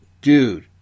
dude